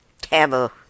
Taboo